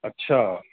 अच्छा